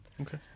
Okay